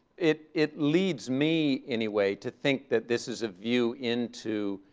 it it leads me, anyway, to think that this is a view into,